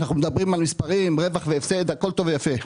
אנחנו מדברים על מספרים ועל רווח והפסד והכול טוב ויפה.